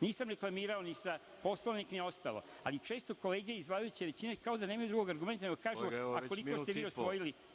nisam reklamirao ni Poslovnik, ni ostalo, ali često kolege iz vladajuće većine kao da nemaju drugog argumenta, nego kažu a koliko ste vi osvojili